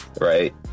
right